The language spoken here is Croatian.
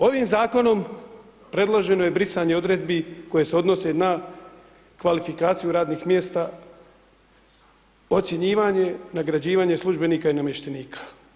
Ovim zakonom predloženo je brisanje odredbi, koje se odnose na kvalifikaciju radnih mjesta, ocjenjivanje, nagrađivanje službenika i namještenika.